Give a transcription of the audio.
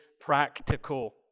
practical